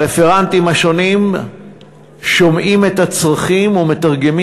הרפרנטים השונים שומעים את הצרכים ומתרגמים